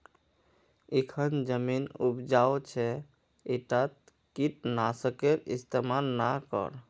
इखन जमीन उपजाऊ छ ईटात कीट नाशकेर इस्तमाल ना कर